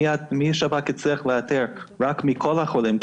את מי השב"כ הצליח לאתר רק מכל החולים,